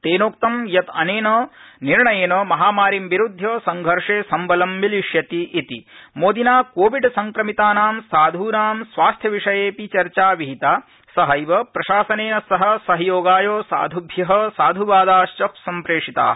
तेनोक्तं यत् अनेन निर्णयेन महामारीं विरूध्य संघर्षे संबल मिलिष्यति हिन मोदिना कोविडसंक्रमितानां साधूनां स्वास्थ्यविषये चर्चापि विहिता सहैव प्रशासनेन सह सहयोगाय साधुभ्य साधुवादाश्च सम्प्रेषिता